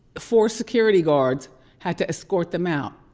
four security guards had to escort them out.